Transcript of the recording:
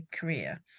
career